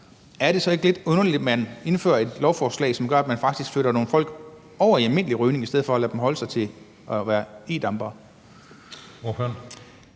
er det så ikke lidt underligt, at man vil indføre en lov, som gør, at man faktisk flytter nogle folk over i almindelig rygning i stedet for at lade dem holde sig til at være e-dampere?